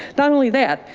not only that,